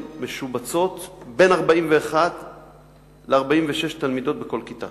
משובצות בין 41 ל-46 תלמידות בכל כיתה